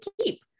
keep